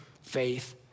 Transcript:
faith